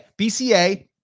BCA